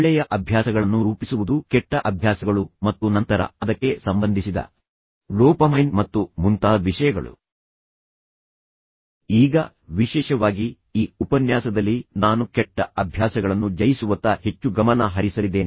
ಒಳ್ಳೆಯ ಅಭ್ಯಾಸಗಳನ್ನು ರೂಪಿಸುವುದು ಕೆಟ್ಟ ಅಭ್ಯಾಸಗಳು ಮತ್ತು ನಂತರ ಅದಕ್ಕೆ ಸಂಬಂಧಿಸಿದ ಡೋಪಮೈನ್ ಮತ್ತು ಮುಂತಾದ ಅಭ್ಯಾಸಗಳಿಗೆ ಸಂಬಂಧಿಸಿದ ವಿಷಯಗಳು